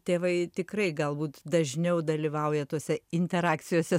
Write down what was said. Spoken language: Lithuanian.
tėvai tikrai galbūt dažniau dalyvauja tose interakcijose